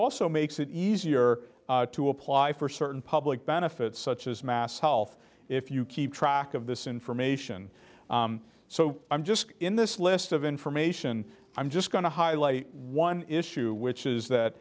also makes it easier to apply for certain public benefits such as mass health if you keep track of this information so i'm just in this list of information i'm just going to highlight one issue which is